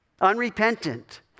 unrepentant